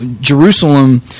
Jerusalem